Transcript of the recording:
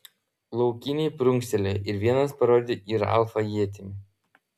laukiniai prunkštelėjo ir vienas parodė į ralfą ietimi